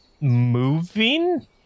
moving